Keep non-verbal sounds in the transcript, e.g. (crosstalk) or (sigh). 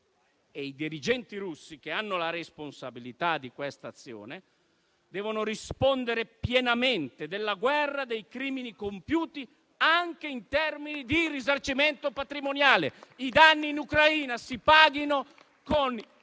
e i dirigenti russi che hanno la responsabilità di una tale azione devono rispondere pienamente della guerra e dei crimini compiuti, anche in termini di risarcimento patrimoniale. (applause) I danni in Ucraina si paghino con